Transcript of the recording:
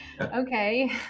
okay